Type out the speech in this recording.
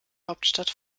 hauptstadt